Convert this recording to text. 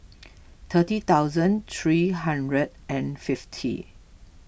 thirty thousand three hundred and fifty